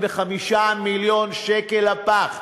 שקל לפח.